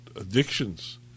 addictions